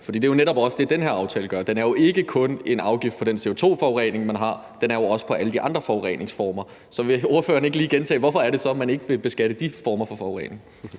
for det er jo netop også det, den her aftale gør. Den er jo ikke kun en afgift på den CO2-forurening, man har, den er det også på alle de andre forureningsformer. Så vil ordføreren ikke lige gentage, hvorfor man så ikke vil beskatte de former for forurening?